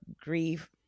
grief